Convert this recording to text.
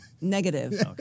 Negative